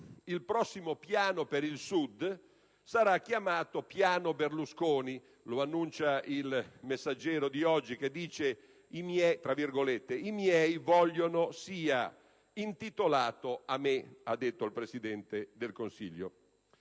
il prossimo piano per il Sud sarà chiamato «piano Berlusconi». Lo annuncia «Il Messaggero» di oggi: «I miei vogliono sia intitolato a me», ha detto il Presidente del Consiglio.